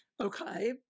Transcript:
Okay